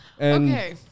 okay